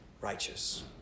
righteous